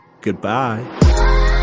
goodbye